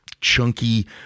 chunky